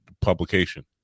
publication